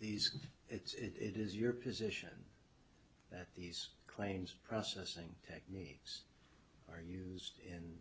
these it's it is your position that these claims processing techniques are used in